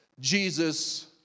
Jesus